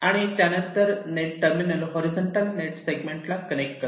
आणि त्यानंतर net terminals horizontal net segment ला कनेक्ट करणे